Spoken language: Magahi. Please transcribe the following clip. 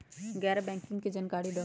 गैर बैंकिंग के जानकारी दिहूँ?